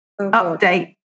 Update